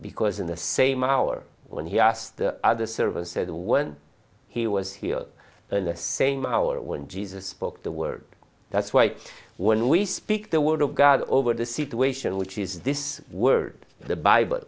because in the same hour when he asked the other service said when he was here in the same hour when jesus spoke the word that's why when we speak the word of god over the situation which is this word the bible